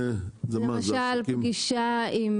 למשל, פגישה עם